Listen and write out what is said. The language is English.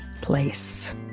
place